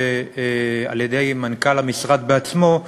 על-ידי מנכ"ל המשרד בעצמו,